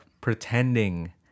pretending